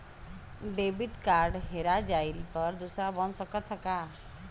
Debit card हेरा जइले पर दूसर बन सकत ह का?